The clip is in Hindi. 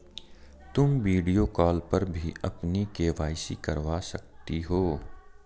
तुम वीडियो कॉल पर भी अपनी के.वाई.सी करवा सकती हो